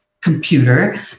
computer